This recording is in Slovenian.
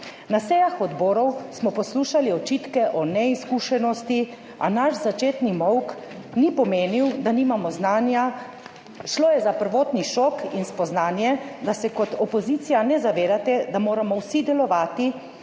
Na sejah odborov smo poslušali očitke o neizkušenosti, a naš začetni molk ni pomenil, da nimamo znanja, šlo je za prvotni šok in spoznanje, da se kot opozicija ne zavedate, da moramo vsi delovati